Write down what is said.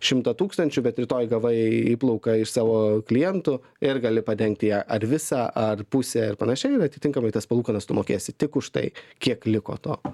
šimto tūkstančių bet rytoj gavai įplauką iš savo klientų ir gali padengti ją ar visą ar pusę ir panašiai ir atitinkamai tas palūkanas tu mokėsi tik už tai kiek liko to